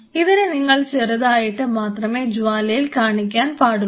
ഇതിനെ നിങ്ങൾ ചെറുതായിട്ട് മാത്രമേ ജ്വാലയിൽ കാണിക്കാൻ പാടുള്ളൂ